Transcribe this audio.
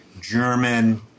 German